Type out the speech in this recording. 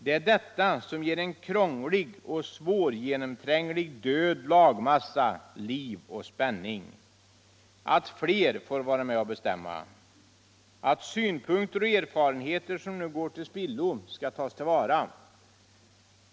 Det är detta som ger en krånglig och svårgenomtränglig död lagmassa hiv och spänning — att fler får vara med och bestämma, att synpunkter loch erfarenheter som nu går till spillo skall tas till vara.